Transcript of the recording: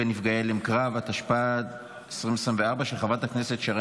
אנחנו רושמים כי חברת הכנסת סטרוק,